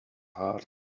hard